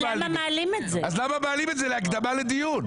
למה מעלים את זה להקדמה לדיון?